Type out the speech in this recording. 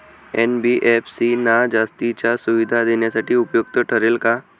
NBFC ना जास्तीच्या सुविधा देण्यासाठी उपयुक्त ठरेल का?